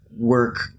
work